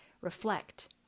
reflect